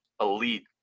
Elite